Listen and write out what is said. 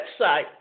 website